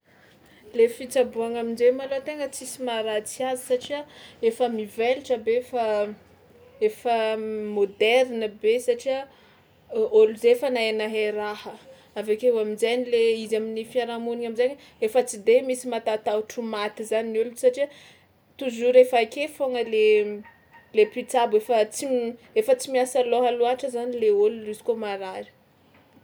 Le fitsaboàna amin-jay malôha tegna tsisy maharatsy azy satria efa mivelatra be fa efa môderna be satria o- ôlo zay fa nahay nahay raha, avy akeo amin-jainy le izy amin'ny fiarahamonigna amin-jay efa tsy de misy matatahotra ho maty zany ny olo satria toujours efa ake foagna le le mpitsabo efa tsy m- efa tsy miasa lôha loatra zany le olo izy kôa marary.